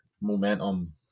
momentum